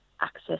access